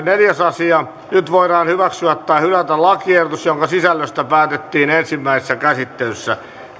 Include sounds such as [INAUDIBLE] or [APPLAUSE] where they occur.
[UNINTELLIGIBLE] neljäs asia nyt voidaan hyväksyä tai hylätä lakiehdotus jonka sisällöstä päätettiin ensimmäisessä käsittelyssä